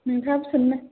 नोंथाङाबो सोनो